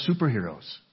superheroes